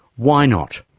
why not?